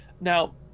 Now